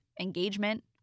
engagement